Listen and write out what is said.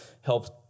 helped